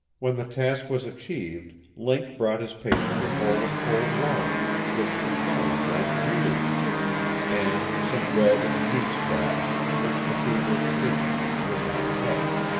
when the task was achieved link brought his patient a bowl of cold water which the collie drank greedily and some bread and meat scraps which the feverish patient would not touch.